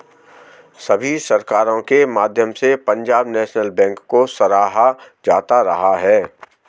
सभी सरकारों के माध्यम से पंजाब नैशनल बैंक को सराहा जाता रहा है